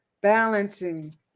balancing